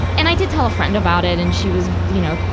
and i did tell a friend about it. and she was, you know,